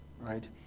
Right